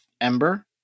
Ember